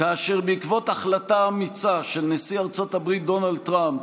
כאשר בעקבות החלטה אמיצה של נשיא ארצות הברית דונלד טראמפ,